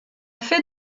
fait